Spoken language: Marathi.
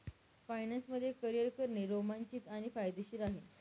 फायनान्स मध्ये करियर करणे रोमांचित आणि फायदेशीर आहे